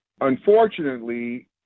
Unfortunately